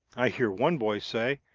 i hear one boy say,